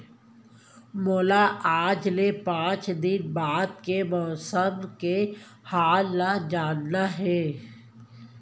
मोला आज ले पाँच दिन बाद के मौसम के हाल ल जानना हे?